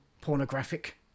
pornographic